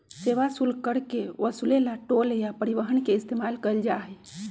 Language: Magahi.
सेवा शुल्क कर के वसूले ला टोल या परिवहन के इस्तेमाल कइल जाहई